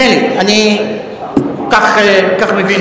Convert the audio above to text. אני כך מבין.